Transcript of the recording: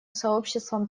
сообществом